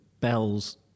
bells